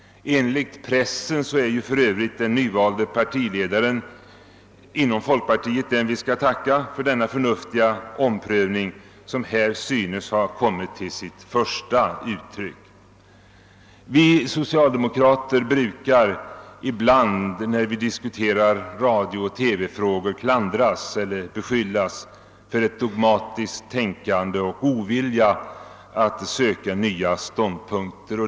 Enligt pressen är ju för övrigt folkpartiets nyvalde partiledare den som vi skall tacka för den förnuftiga omprövning som här tycks ha kommit till sitt första uttryck. Vi socialdemokrater brukar ibland när vi diskuterar radiooch TV-frågor klandras för ett dogmatiskt tänkande och ovilja att söka nya ståndpunkter.